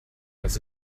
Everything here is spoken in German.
das